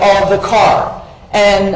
of the car and